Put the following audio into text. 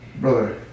Brother